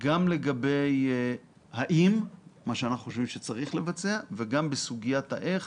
גם לגבי האם מה שאנחנו חושבים שצריך לבצע וגם בסוגיית ה-איך.